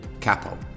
capo